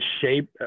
shape